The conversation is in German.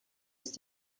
ist